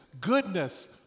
goodness